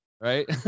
Right